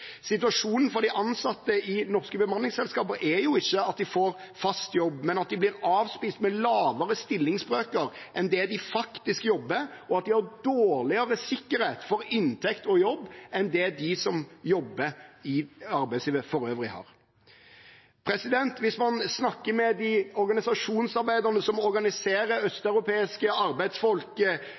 Situasjonen for de ansatte i norske bemanningsselskaper er jo ikke at de får fast jobb, men at de blir avspist med lavere stillingsbrøker enn det de faktisk jobber, og at de har dårligere sikkerhet for inntekt og jobb enn dem som jobber i arbeidslivet for øvrig. Hvis man snakker med organisasjonsarbeiderne som organiserer østeuropeiske arbeidsfolk